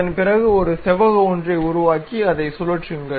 அதன் பிறகு ஒரு செவ்வக ஒன்றை உருவாக்கி அதை சுழற்றுங்கள்